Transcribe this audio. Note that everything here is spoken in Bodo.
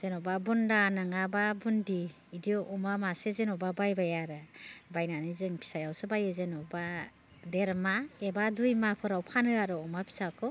जेनेबा बुन्दा नङाबा बुन्दि बिदि अमा मासे जेनेबा बायबाय आरो बायनानै जों फिसायावसो बायो जेनेबा देरमा एबा दुइमाफोराव फानो आरो अमा फिसाखौ